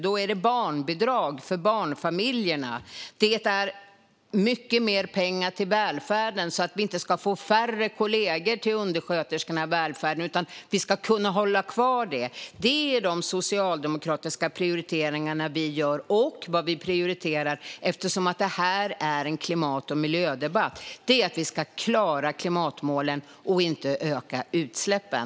Då prioriterar vi barnbidrag för barnfamiljerna och mycket mer pengar till välfärden, så att undersköterskorna i välfärden inte ska få färre kollegor. Vi ska kunna hålla kvar detta. Det är de socialdemokratiska prioriteringar som vi gör. Och vi prioriterar - detta är ju en klimat och miljödebatt - att vi ska klara klimatmålen och inte öka utsläppen.